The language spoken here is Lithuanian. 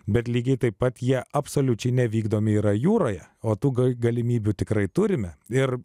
bet lygiai taip pat jie absoliučiai nevykdomi yra jūroje o tų galimybių tikrai turime ir